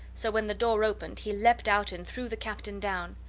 so when the door opened he leaped out and threw the captain down.